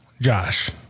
Josh